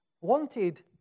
wanted